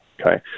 Okay